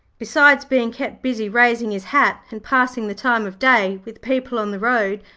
besides being kept busy raising his hat, and passing the time of day with people on the road,